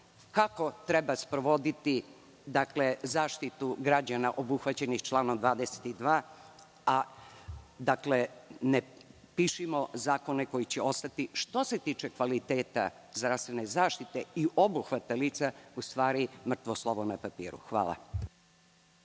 kako treba sprovoditi zaštitu građana obuhvaćenih članom 22. Dakle, ne pišimo zakone koji će ostati, što se tiče kvaliteta zdravstvene zaštite i obuhvata lica, u stvari mrtvo slovo na papiru. Hvala.